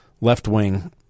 left-wing